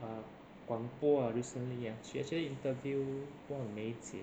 uh 广播 ah recently ah she actually interviewed one of the 媚姐